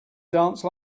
dance